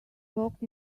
talked